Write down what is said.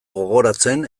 gogoratzen